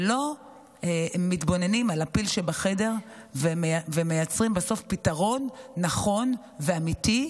ולא מתבוננים על הפיל שבחדר ומייצרים בסוף פתרון נכון ואמיתי,